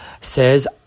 says